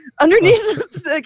underneath